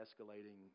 escalating